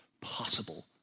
possible